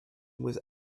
was